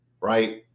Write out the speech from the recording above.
right